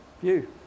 view